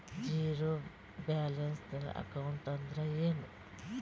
Zero balance account ಅಂದ್ರ ಏನು?